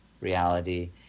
reality